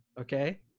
Okay